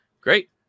great